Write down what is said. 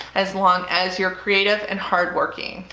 as long as you're creative and hardworking.